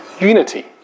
Unity